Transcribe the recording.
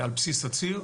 על בסיס הציר.